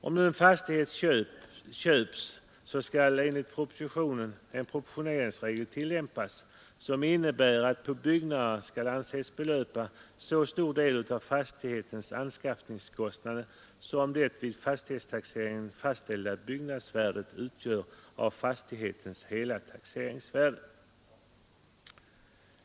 Om nu en fastighet köps skall enligt propositionen en proportioneringsregel tillämpas som innebär att på byggnader skall anses belöpa så stor del av fastighetens anskaffningskostnad som det vid fastighetstaxeringen fastställda byggnadsvärdet utgör av fastighetens hela taxeringsvärde.